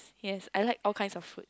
yes I like all kinds of fruit